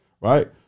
right